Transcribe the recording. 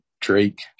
Drake